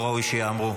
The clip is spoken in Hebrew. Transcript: לא ראוי שייאמרו.